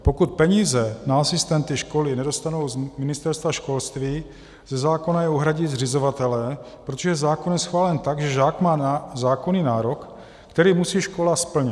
Pokud peníze na asistenty školy nedostanou z Ministerstva školství, ze zákona je uhradí zřizovatelé, protože zákon je schválen tak, že žák má zákonný nárok, který musí škola splnit.